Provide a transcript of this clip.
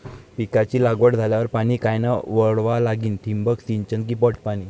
पिकाची लागवड झाल्यावर पाणी कायनं वळवा लागीन? ठिबक सिंचन की पट पाणी?